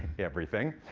everything.